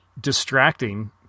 distracting